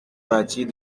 partie